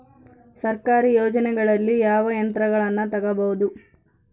ಸರ್ಕಾರಿ ಯೋಜನೆಗಳಲ್ಲಿ ಯಾವ ಯಂತ್ರಗಳನ್ನ ತಗಬಹುದು?